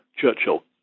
Churchill